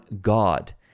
God